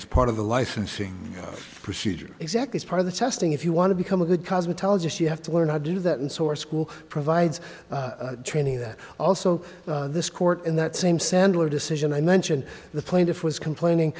it's part of the licensing procedure exactly as part of the testing if you want to become a good cosmetologist you have to learn how to do that and source school provides training that also this court in that same sandler decision i mentioned the plaintiff was complaining